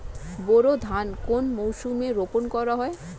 বোরো ধান কোন মরশুমে রোপণ করা হয়?